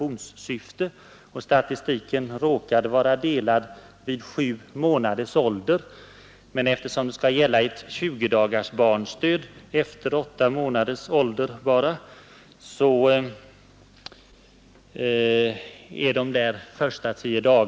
Man har där gått igenom vilka barn som kommit till Stockholm i adoptionssyfte mellan 1964 och 1972.